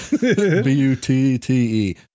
B-U-T-T-E